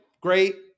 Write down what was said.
Great